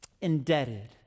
indebted